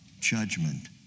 judgment